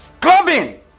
clubbing